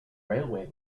railway